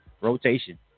rotation